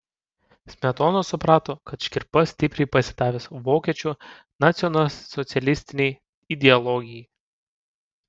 smetona suprato kad škirpa stipriai pasidavęs vokiečių nacionalsocialistinei ideologijai